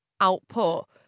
output